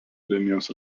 linijos